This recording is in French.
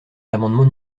l’amendement